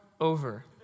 over